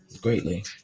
greatly